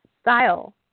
style